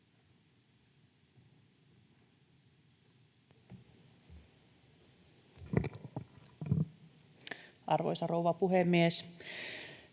Arvoisa rouva puhemies!